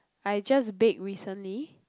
I just baked recently